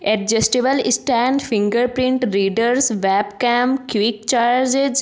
adjustable stand fingerprint readers webcam quick charges